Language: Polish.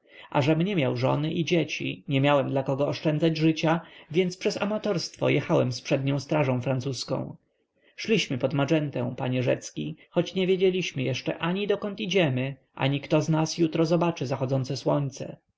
a żem nie miał żony i dzieci nie miałem dla kogo oszczędzać życia więc przez amatorstwo jechałem z przednią strażą francuską szliśmy pod magentę panie rzecki choć nie wiedzieliśmy jeszcze ani dokąd idziemy ani kto z nas jutro zobaczy zachodzące słońce